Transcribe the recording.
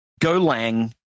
Golang